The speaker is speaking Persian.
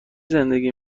زندگی